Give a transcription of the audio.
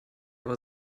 aber